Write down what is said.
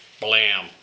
blam